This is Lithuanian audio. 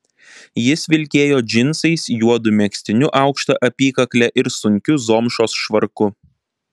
jis vilkėjo džinsais juodu megztiniu aukšta apykakle ir sunkiu zomšos švarku